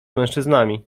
mężczyznami